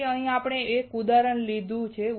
તેથી અહીં આપણે એક ઉદાહરણ લીધું છે